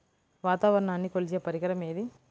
వాతావరణాన్ని కొలిచే పరికరం ఏది?